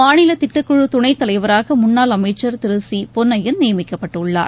மாநில திட்டக்குழு துணைத்தலைவராக முன்னாள் அமைச்சர் திரு சி பொன்னையன் நியமிக்கப்பட்டுள்ளார்